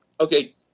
Okay